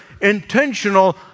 intentional